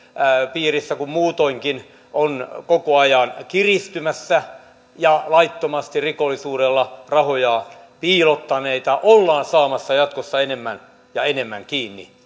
piirissä kuin muutoinkin on koko ajan kiristymässä ja laittomasti rikollisuudella rahojaan piilottaneita ollaan saamassa jatkossa enemmän ja enemmän kiinni